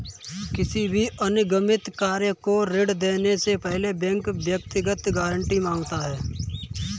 किसी भी अनिगमित निकाय को ऋण देने से पहले बैंक व्यक्तिगत गारंटी माँगता है